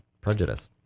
prejudice